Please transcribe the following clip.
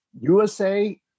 USA